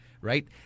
right